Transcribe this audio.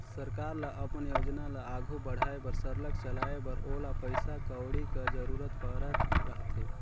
सरकार ल अपन योजना ल आघु बढ़ाए बर सरलग चलाए बर ओला पइसा कउड़ी कर जरूरत परत रहथे